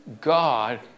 God